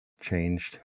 changed